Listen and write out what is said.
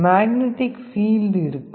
magnetic field இருக்கும்